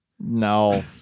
No